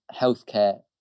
healthcare